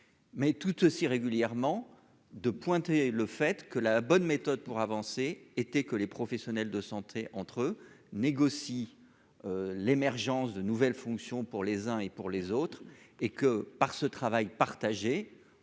mais tout aussi régulièrement, de pointer le fait que la bonne méthode pour avancer était que les professionnels de santé entre eux négocie l'émergence de nouvelles fonctions pour les uns et pour les autres et que, par ce travail partagé